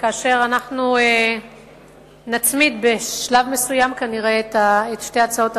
ואנחנו בשלב מסוים נצמיד כנראה את שתי הצעות החוק,